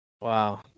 Wow